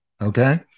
okay